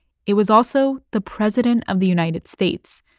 it was also the president of the united states,